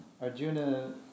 Arjuna